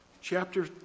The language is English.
chapter